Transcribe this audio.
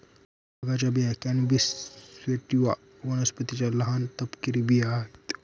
भांगाच्या बिया cannabis sativa वनस्पतीच्या लहान, तपकिरी बिया आहेत